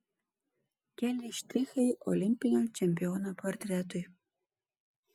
keli štrichai olimpinio čempiono portretui